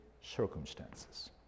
circumstances